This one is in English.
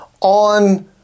on